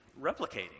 replicating